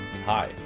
hi